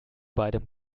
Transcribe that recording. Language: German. beidem